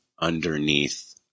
underneath